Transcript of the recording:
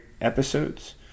episodes